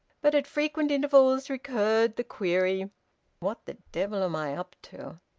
but at frequent intervals recurred the query what the devil am i up to?